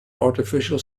artificial